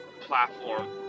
platform